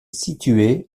située